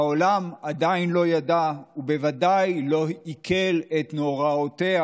העולם עדיין לא ידע, ובוודאי לא עיכל את נוראותיה